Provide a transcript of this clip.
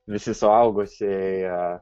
visi suaugusieji